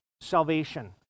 salvation